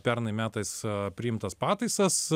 pernai metais priimtas pataisas